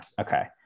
Okay